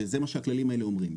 וזה מה שהכללים האלה אומרים,